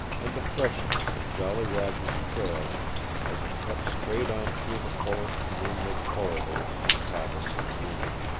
and the freshness of jolly roger's trail as it kept straight on through the forest's moonlit corridors and caverns of gloom.